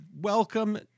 Welcome